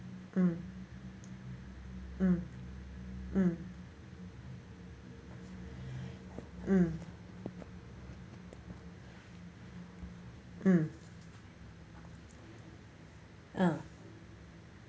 mm mm mm mm mm mm